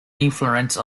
influence